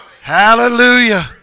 Hallelujah